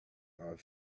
are